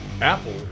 Apple